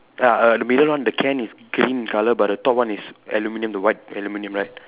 ya err the middle one the can is green in colour but the top one is aluminium the white aluminium right